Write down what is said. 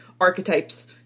archetypes